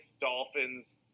Dolphins